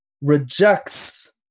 rejects